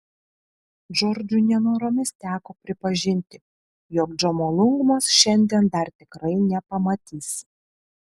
džordžui nenoromis teko pripažinti jog džomolungmos šiandien dar tikrai nepamatys